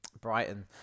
Brighton